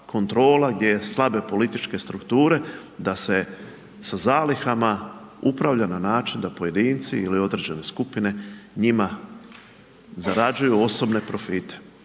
gdje su slabe političke strukture da se sa zalihama upravlja na način da pojedinci ili određene skupine njima zarađuju osobne profite.